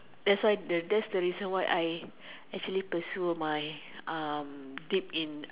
that's why that's the reason why I actually pursue my um dip in